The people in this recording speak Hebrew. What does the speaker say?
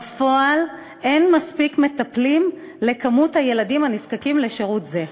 בפועל אין מספיק מטפלים למספר הילדים הנזקקים לשירות זה.